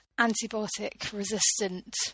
antibiotic-resistant